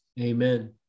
Amen